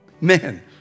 Man